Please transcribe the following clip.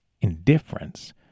indifference